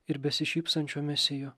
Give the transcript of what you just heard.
ir besišypsančio mesijo